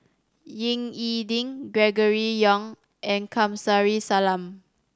Ying E Ding Gregory Yong and Kamsari Salam